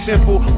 Simple